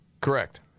Correct